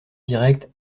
direct